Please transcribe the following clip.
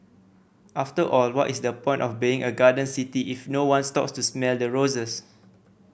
after all what is the point of being a garden city if no one stops to smell the roses